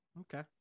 Okay